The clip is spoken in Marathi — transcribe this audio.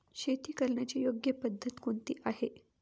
शेती करण्याची योग्य पद्धत कोणती आहे?